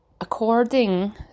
according